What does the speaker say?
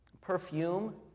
Perfume